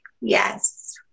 yes